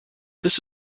this